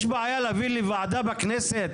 יש בעיה להביא לי ועדה בכנסת,